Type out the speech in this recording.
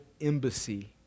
embassy